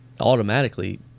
automatically